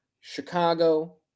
chicago